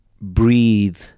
breathe